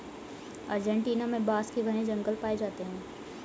Argentina में बांस के घने जंगल पाए जाते हैं